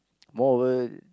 moreover